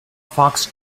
fox